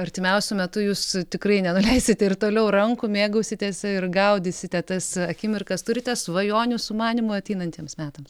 artimiausiu metu jūs tikrai nenuleisit ir toliau rankų mėgausitės ir gaudysite tas akimirkas turite svajonių sumanymų ateinantiems metams